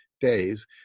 days